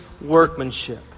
workmanship